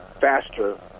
faster